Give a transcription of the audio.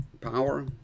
power